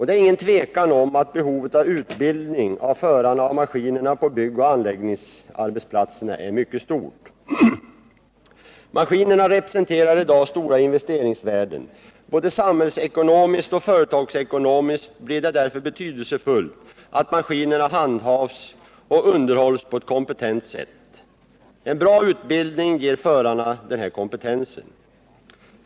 Det är ingen tvekan om att behovet av utbildning av förarna av maskinerna på byggoch anläggningsarbetsplatserna är stort. Maskinerna representerar i dag stora investeringsvärden. Både samhällsekonomiskt och företagsekonomiskt blir det därför betydelsefullt att maskinerna handhas och underhålls på ett kompetent sätt. En bra utbildning ger förarna denna kompetens.